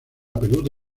peluda